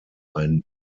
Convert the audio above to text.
ein